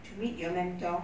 to meet your mentor